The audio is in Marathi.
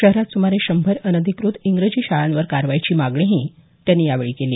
शहरात सुमारे शंभर अनधिकृत इंग्रजी शाळांवर कारवाईची मागणीही त्यांनी यावेळी केली